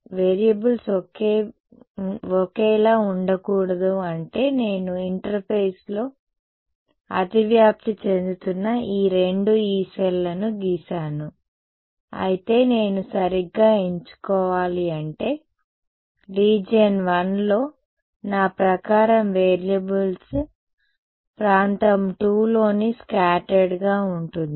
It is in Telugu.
కాబట్టి వేరియబుల్స్ ఒకేలా ఉండకూడదు అంటే నేను ఇంటర్ఫేస్లో అతివ్యాప్తి చెందుతున్న ఈ రెండు యీ సెల్లను గీసాను అయితే నేను సరిగ్గా ఎంచుకోవాలి అంటే రీజియన్ I లో నా ప్రకారం వేరియబుల్స్ ప్రాంతం II లోని స్కాటర్డ్ గా ఉంటుంది